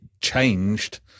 changed